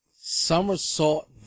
somersault